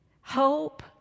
hope